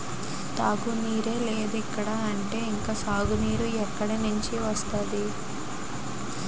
తాగునీరే లేదిక్కడ అంటే ఇంక సాగునీరు ఎక్కడినుండి వస్తది?